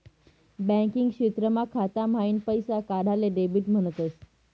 banking क्षेत्रमा खाता माईन पैसा काढाले डेबिट म्हणतस